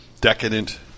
decadent